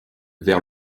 vers